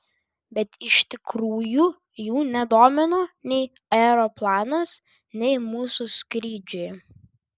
bet iš tikrųjų jų nedomino nei aeroplanas nei mūsų skrydžiai